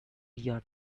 your